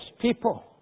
people